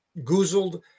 goozled